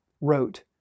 wrote